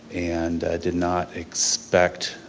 and did not expect,